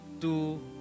two